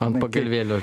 ant pagalvėlių